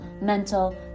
mental